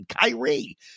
Kyrie